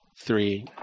Three